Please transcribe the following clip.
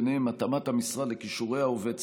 ובהם התאמת המשרה לכישורי העובד,